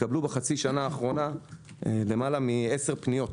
התקבלו בחצי השנה האחרונה למעלה מעשר פניות